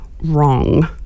wrong